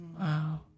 Wow